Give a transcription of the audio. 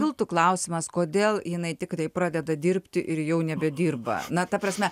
būtų klausimas kodėl jinai tiktai pradeda dirbti ir jau nebedirba na ta prasme